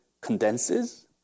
condenses